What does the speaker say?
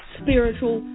spiritual